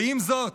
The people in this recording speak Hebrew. ועם זאת,